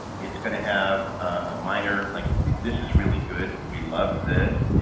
it's going to have a minor. like this is really good, we love this.